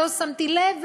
לא שמתי לב,